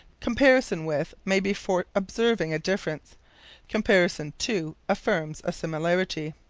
comparison with may be for observing a difference comparison to affirms a similarity.